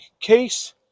case